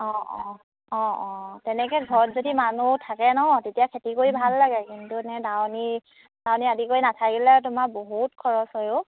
অঁ অঁ অঁ অঁ তেনেকৈ ঘৰত যদি মানুহ থাকে নহ্ তেতিয়া খেতি কৰি ভাল লাগে কিন্তু এনে দাৱনি দাৱনি আদি কৰি নাথাকিলে তোমাৰ বহুত খৰচ হয় অ'